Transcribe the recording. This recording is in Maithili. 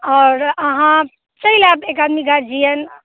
आओर अहाँ चलि आयब एक आदमी गार्जियन